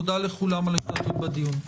תודה לכולם על ההשתתפות בדיון.